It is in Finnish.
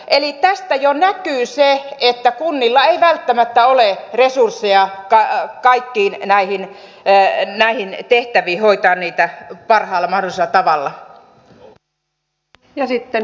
eli tästä jo näkyy se että kunnilla ei välttämättä ole resursseja kaikkiin näihin tehtäviin hoitaa niitä parhaalla mahdollisella tavalla